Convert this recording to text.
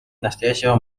настоящего